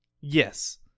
yes